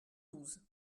douze